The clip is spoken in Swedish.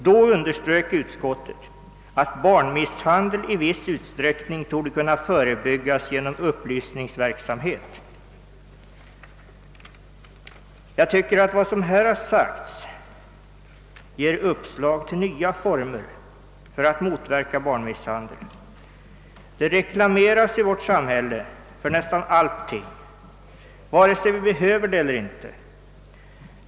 Då underströk utskottet att barnmisshandel i viss utsträckning torde kunna förebyggas genom upplysningsverksamhet. Jag tycker att vad som här sagts ger uppslag till nya former för att motverka barnmisshandel. Det reklameras i vårt samhälle för nästan allting vare sig vi behöver det eller inte.